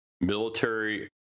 military